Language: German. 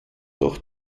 doch